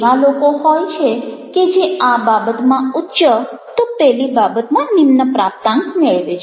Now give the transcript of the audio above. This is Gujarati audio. એવા લોકો હોય છે કે જે આ બાબતમાં ઉચ્ચ તો પેલી બાબતમાં નિમ્ન પ્રાપ્તાંક મેળવે છે